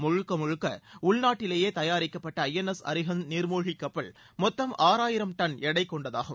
முழுக்க முழுக்க உள்நாட்டிலேயே தயாரிக்கப்பட்ட ஐ என் எஸ் அரிஹந்த் நீர்மூழ்கி கப்பல் மொத்தம் ஆறாயிரம் டன் எடை கொண்டதாகும்